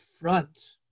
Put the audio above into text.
front